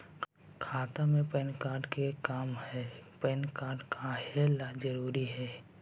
खाता में PAN card के का काम है पैन कार्ड काहे ला जरूरी है?